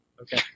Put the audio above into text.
Okay